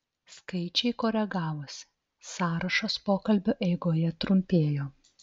skaičiai koregavosi sąrašas pokalbio eigoje trumpėjo